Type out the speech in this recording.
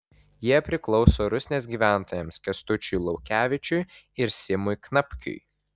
jie priklauso rusnės gyventojams kęstučiui laukevičiui ir simui knapkiui